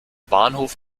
bahnhof